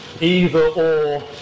either-or